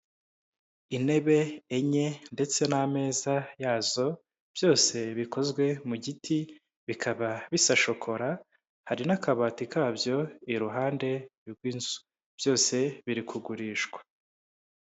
Intebe enye ndetse n'ameza yazo byose bikozwe mu giti bikaba bisa shokora, hari n'akabati kabyo iruhande rw'inzu byose biri kugurishwa.